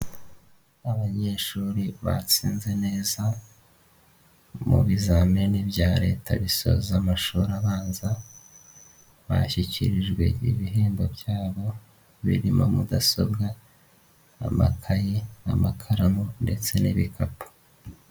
Abanyeshuri batsinze neza mu bizamini bya Leta bisoza amashuri abanza, bashyikirijwe ibihembo byabo biririmo mudasobwa, amatayi, amakaramu ndetse n'ibikapu.